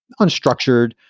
unstructured